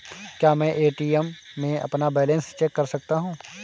क्या मैं ए.टी.एम में अपना बैलेंस चेक कर सकता हूँ?